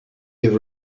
have